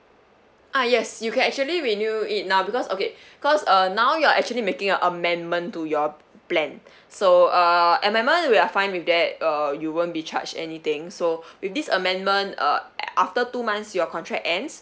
ah yes you actually renew it now because okay cause uh now you're actually making a amendment to your plan so uh amendment we are fine with that uh you won't be charged anything so with this amendment uh after two months your contract ends